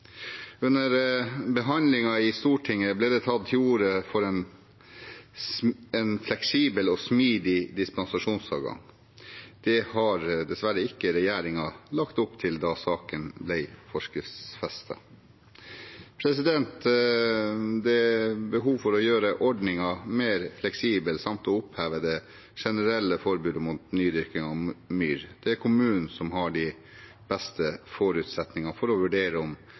Under behandlingen i Stortinget ble det tatt til orde for en fleksibel og smidig dispensasjonsadgang. Det la dessverre ikke regjeringen opp til da saken ble forskriftsfestet. Det er behov for å gjøre ordningen mer fleksibel samt å oppheve det generelle forbudet mot nydyrking av myr. Det er kommunen som har de beste forutsetninger for å vurdere om